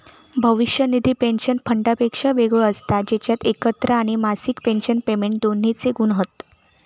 भविष्य निधी पेंशन फंडापेक्षा वेगळो असता जेच्यात एकत्र आणि मासिक पेंशन पेमेंट दोन्हिंचे गुण हत